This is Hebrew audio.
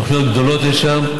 תוכניות גדולות יש שם.